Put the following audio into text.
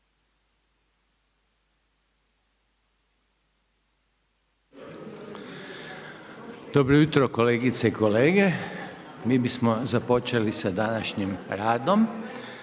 Dobro jutro kolegice i kolege, mi bismo započeli sa današnjim radom